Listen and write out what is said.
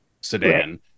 sedan